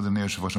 אדוני היושב-ראש,